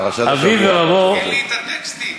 אין לי טקסטים.